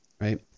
Right